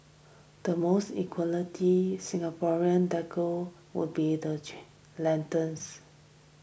the most equality Singaporean decor would be the lanterns